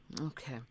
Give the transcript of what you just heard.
Okay